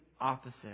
opposite